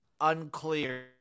unclear